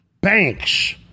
banks